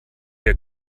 der